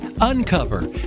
uncover